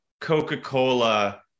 Coca-Cola